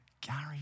Gary